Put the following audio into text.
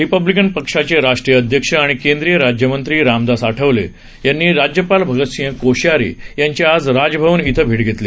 Republican पक्षाचे राष्ट्रीय अध्यक्ष आणि केंद्रीय राज्यमंत्री रामदास आठवले यांनी राज्यपाल भगतसिंग कोश्यारी यांची आज राजभवन इथं भेट घेतली